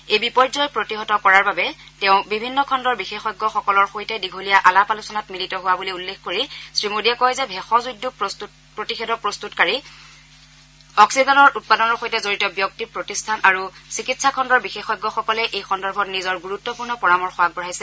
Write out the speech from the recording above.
এই বিপৰ্যয় প্ৰতিহত কৰাৰ বাবে তেওঁ বিভিন্ন খণুৰ বিশেষজ্ঞৰ সৈতে দীঘলীয়া আলাপ আলোচনাত মিলিত হোৱা বুলি উল্লেখ কৰি শ্ৰীমোদীয়ে কয় যে ভেষজ উদ্যোগ প্ৰতিষেধক প্ৰস্ততকাৰী অক্সিজেনৰ উৎপাদনৰ সৈতে জড়িত ব্যক্তি প্ৰতিষ্ঠান আৰু চিকিৎসা খণ্ডৰ বিশেষজ্ঞসকলে এই সন্দৰ্ভত নিজৰ গুৰুতপূৰ্ণ পৰামৰ্শ আগবঢ়াইছে